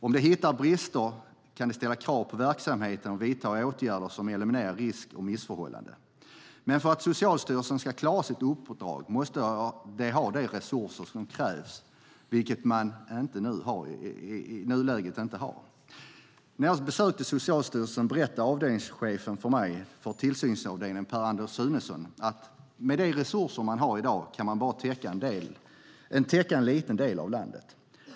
Om de hittar brister kan de ställa krav på verksamheterna att vidta åtgärder som eliminerar risker och missförhållanden. Men för att Socialstyrelsen ska klara sitt uppdrag måste de ha de resurser som krävs, vilket de i nuläget inte har. När jag besökte Socialstyrelsen berättade avdelningschefen för tillsynsavdelningen, Per-Anders Sunesson, att man bara kan täcka en liten del av landet med de resurser man har i dag.